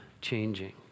changing